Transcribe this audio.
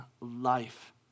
life